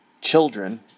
children